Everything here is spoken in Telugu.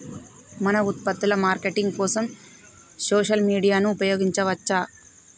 మన ఉత్పత్తుల మార్కెటింగ్ కోసం సోషల్ మీడియాను ఉపయోగించవచ్చా?